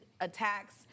attacks